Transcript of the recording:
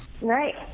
Right